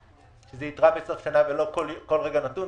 שזו יתרה בסוף שנה ולא בכל רגע נתון?